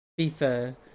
FIFA